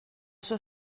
sua